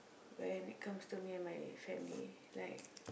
when it comes to me and my family like